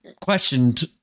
questioned